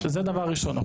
שזה דבר ראשון.